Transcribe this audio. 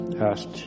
asked